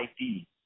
ID